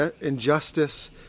injustice